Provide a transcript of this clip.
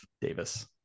Davis